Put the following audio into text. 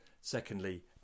secondly